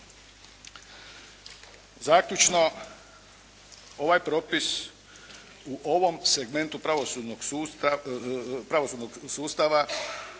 Zaključno. Ovaj propis u ovom segmentu pravosudnog sustava